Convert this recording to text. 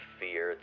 fear